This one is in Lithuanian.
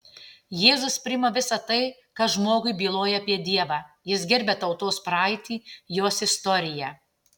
jėzus priima visa tai kas žmogui byloja apie dievą jis gerbia tautos praeitį jos istoriją